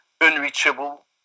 unreachable